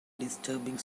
disturbing